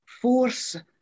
force